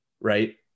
right